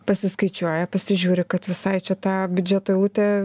pasiskaičiuoja pasižiūri kad visai čia tą biudžeto eilutė